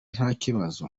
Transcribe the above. ntakibazo